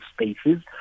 spaces